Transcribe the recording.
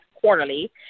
quarterly